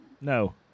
No